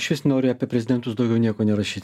iš vis noriu apie prezidentus daugiau nieko nerašyt